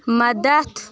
مدَد